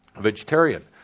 vegetarian